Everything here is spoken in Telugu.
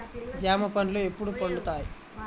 జామ పండ్లు ఎప్పుడు పండుతాయి?